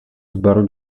sboru